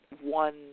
one